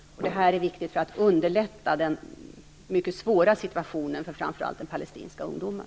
Detta är viktigt för att underlätta den mycket svåra situationen för framför allt palestinska ungdomar.